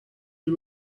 you